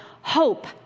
hope